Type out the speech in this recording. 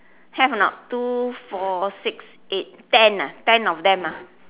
have or not two four six eight ten ah ten of them ah